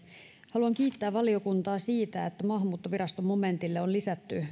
haluan kiittää valiokuntaa siitä että maahanmuuttovirasto momentille on lisätty